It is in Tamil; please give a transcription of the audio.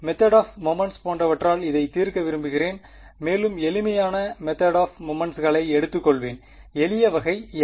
மெதேட் ஆப் மொமெண்ட்ஸ் போன்றவற்றால் இதை தீர்க்க விரும்புகிறேன் மேலும் எளிமையான மெதேட் ஆப் மொமெண்ட்ஸ்களை எடுத்துக்கொள்வேன் எளிய வகை எது